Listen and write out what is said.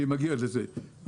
אני מגיע לזה.